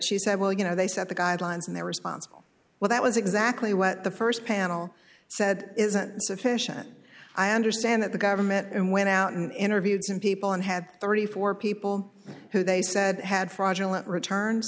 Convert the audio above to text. she said well you know they set the guidelines and they're responsible well that was exactly what the st panel said isn't so if it shan't i understand that the government and went out and interviewed some people and had thirty four people who they said had fraudulent return